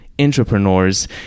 entrepreneurs